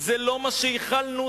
זה לא מה שייחלנו לו,